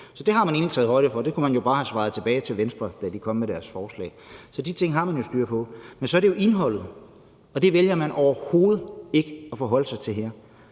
Så det har man egentlig taget højde for, og det kunne man jo bare have givet som svar til Venstre, da de kom med deres spørgsmål. Så de ting har man jo styr på. Men så er der jo indholdet, og det vælger man overhovedet ikke at forholde sig til her.